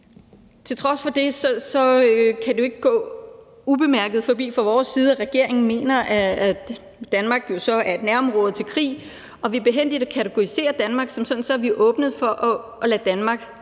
Til trods for det kan det jo ikke gå ubemærket hen fra vores side, at regeringen mener, at Danmark så er et nærområde til krig, og at vi ved behændigt at kategorisere Danmark som sådant har åbnet for at lade Danmark modtage